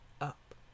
up